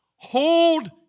Hold